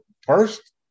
first